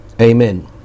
Amen